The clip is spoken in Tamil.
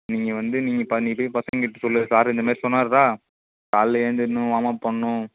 நீங்கள் வந்து நீங்கள் இப்போ நீ போய் பசங்கக்கிட்ட சொல்லு சார் இந்தமாரி சொன்னாருடா காலையில் எந்துர்ணும் வாம்அப் பண்ணும்